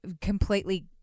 completely